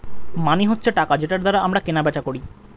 মানি হচ্ছে টাকা যেটার দ্বারা আমরা কেনা বেচা করি